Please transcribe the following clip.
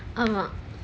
ஆமா:aamaa